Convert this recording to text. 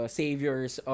saviors